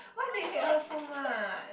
what they hate her so much